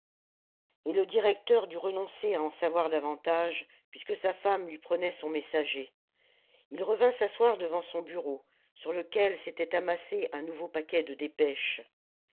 et le directeur dut renoncer à en savoir davantage puisque sa femme lui prenait son messager il revint s'asseoir devant son bureau sur lequel s'était amassé un nouveau paquet de dépêches